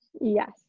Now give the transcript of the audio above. yes